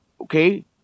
Okay